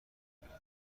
میآید